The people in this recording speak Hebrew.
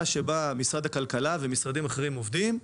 שבה משרד הכלכלה ומשרדים אחרים עובדים,